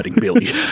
Billy